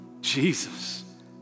Jesus